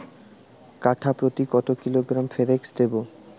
কাঠাপ্রতি কত কিলোগ্রাম ফরেক্স দেবো?